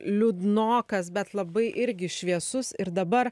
liūdnokas bet labai irgi šviesus ir dabar